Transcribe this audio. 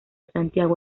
santiago